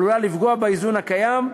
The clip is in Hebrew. עלולה לפגוע באיזון הקיים,